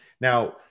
Now